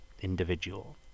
individual